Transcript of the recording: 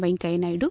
Venkaiah Naidu